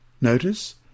Notice